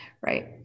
right